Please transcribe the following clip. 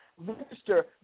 Minister